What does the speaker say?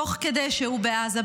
תוך כדי שהוא בעזה?